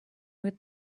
with